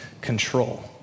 control